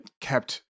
kept